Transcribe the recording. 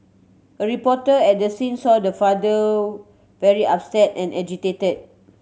a reporter at the scene saw the father very upset and agitated